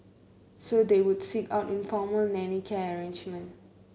so they would seek out informal nanny care arrangement